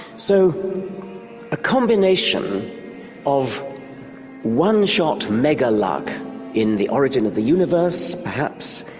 so a combination of one-shot mega-luck in the origin of the universe perhaps,